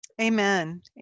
amen